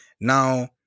now